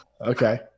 Okay